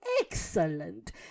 excellent